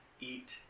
eat